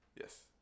Yes